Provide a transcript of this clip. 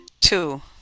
Two